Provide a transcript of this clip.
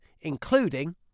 including